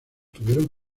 tuvieron